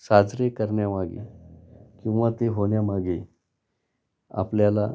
साजरे करण्यामागे किंवा ते होण्यामागे आपल्याला